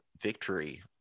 victory